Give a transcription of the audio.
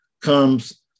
comes